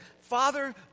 Father